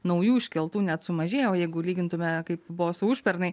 naujų iškeltų net sumažėjo o jeigu lygintume kaip buvo su užpernai